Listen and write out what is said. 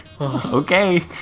Okay